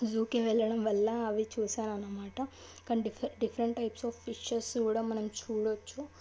జూకి వెళ్లడం వల్ల అవి చూశాను అన్నమాట కానీ different different types of fishes కూడా మనం చూడొచ్చు